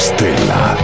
Stella